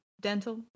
dental